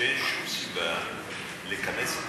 שאין שום סיבה לכנס את